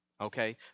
okay